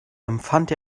empfand